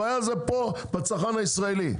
הבעיה זה פה עם הצרכן הישראלי,